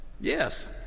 Yes